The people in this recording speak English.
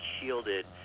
shielded